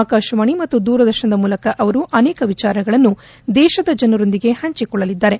ಆಕಾಶವಾಣಿ ಮತ್ತು ದೂರದರ್ಶನದ ಮೂಲಕ ಅವರು ಅನೇಕ ವಿಚಾರಗಳನ್ನು ದೇಶದ ಜನರೊಂದಿಗೆ ಹಂಚಿಕೊಳ್ಳಲಿದ್ದಾರೆ